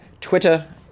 Twitter